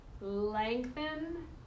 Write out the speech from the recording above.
Lengthen